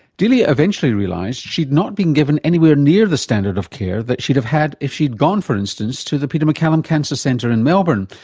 delia eventually realised that she'd not been given anywhere near the standard of care that she'd have had if she'd gone, for instance, to the peter maccallum cancer centre in melbourne,